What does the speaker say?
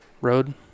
Road